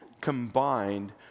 combined